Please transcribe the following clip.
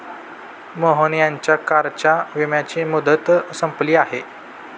मोहन यांच्या कारच्या विम्याची मुदत संपली आहे